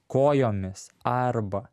kojomis arba